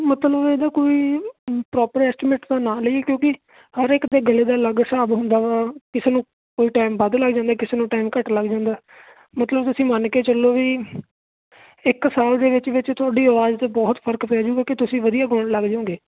ਮਤਲਬ ਇਹਦਾ ਕੋਈ ਪ੍ਰੋਪਰ ਐਸਟੀਮੇਟ ਦਾ ਨਾਂ ਲਈਏ ਕਿਉਂਕਿ ਹਰ ਇੱਕ ਤਾਂ ਗਲੇ ਦੇ ਅਲੱਗ ਹਿਸਾਬ ਹੁੰਦਾ ਵਾ ਕਿਸੇ ਨੂੰ ਕੋਈ ਟਾਈਮ ਵੱਧ ਲੱਗ ਜਾਂਦੇ ਕਿਸੇ ਨੂੰ ਟਾਈਮ ਘੱਟ ਲੱਗ ਜਾਂਦਾ ਮਤਲਬ ਤੁਸੀਂ ਮੰਨ ਕੇ ਚੱਲੋ ਵੀ ਇੱਕ ਸਾਲ ਦੇ ਵਿੱਚ ਵਿੱਚ ਤੁਹਾਡੇ ਆਵਾਜ਼ 'ਤੇ ਬਹੁਤ ਫਰਕ ਪੈ ਜੂਗਾ ਕੀ ਤੁਸੀਂ ਵਧੀਆ ਗਾਉਣ ਲੱਗ ਜੋਂਗੇ